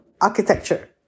architecture